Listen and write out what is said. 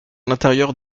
l’intérieur